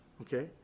okay